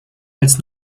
als